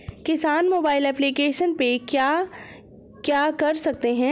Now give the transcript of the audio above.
किसान mobile application पे क्या क्या कर सकते हैं?